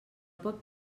pot